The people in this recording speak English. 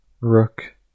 Rook